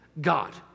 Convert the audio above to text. God